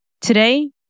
Today